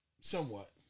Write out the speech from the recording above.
Somewhat